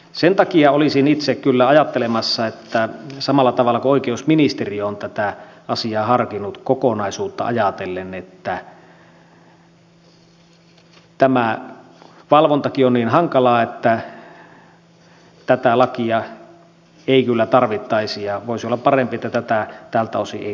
sen takia olisin itse kyllä ajattelemassa samalla tavalla kuin oikeusministeriö on tätä asiaa harkinnut kokonaisuutta ajatellen että tämä valvontakin on niin hankalaa että tätä lakia ei kyllä tarvittaisi ja voisi olla parempi että tätä tältä osin ei säädettäisi